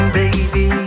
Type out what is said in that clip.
baby